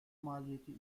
maliyeti